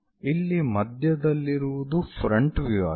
ಇಲ್ಲಿ ಮಧ್ಯದಲ್ಲಿರುವುದು front view ಆಗಿದೆ